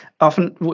often